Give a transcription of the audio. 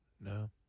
No